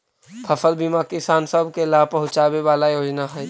फसल बीमा किसान सब के लाभ पहुंचाबे वाला योजना हई